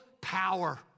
power